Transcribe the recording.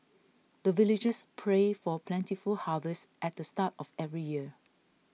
the villagers pray for plentiful harvest at the start of every year